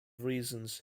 reasons